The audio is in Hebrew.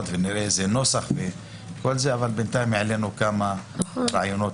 ואיזה נוסח וכל זה אבל בינתיים העלינו כמה רעיונות.